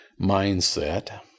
mindset